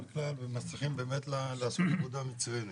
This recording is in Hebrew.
כלל והם מצליחים באמת לעשות עבודה מצוינת.